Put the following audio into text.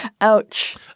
Ouch